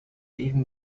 even